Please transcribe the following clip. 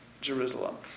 Jerusalem